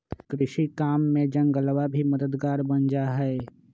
कृषि काम में जंगलवा भी मददगार बन जाहई